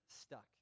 stuck